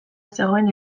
zegoen